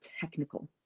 technical